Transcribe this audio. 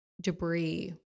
debris